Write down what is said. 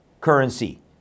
currency